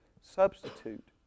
substitute